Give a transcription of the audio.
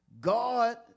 God